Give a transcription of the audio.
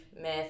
myth